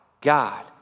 God